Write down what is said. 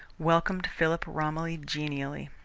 welcomed philip romilly genially.